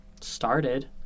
started